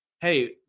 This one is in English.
hey